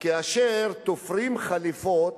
כאשר תופרים חליפות